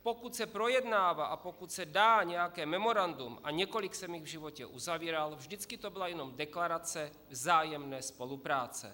Pokud se projednává a pokud se dá nějaké memorandum, a několik jsem jich v životě uzavíral, vždycky to byla jenom deklarace vzájemné spolupráce.